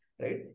right